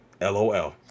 LOL